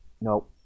No